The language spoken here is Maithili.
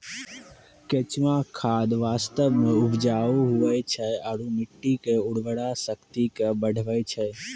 केंचुआ खाद वास्तव मे उपजाऊ हुवै छै आरू मट्टी के उर्वरा शक्ति के बढ़बै छै